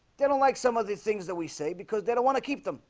they don't like some of these things that we say because they don't want to keep them